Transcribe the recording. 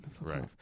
Right